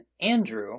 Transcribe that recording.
Andrew